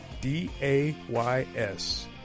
D-A-Y-S